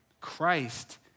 Christ